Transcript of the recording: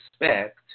respect